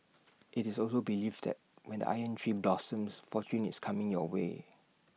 it's also believed that when the iron tree blossoms fortune is coming your way